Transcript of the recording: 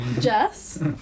Jess